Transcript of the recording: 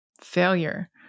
failure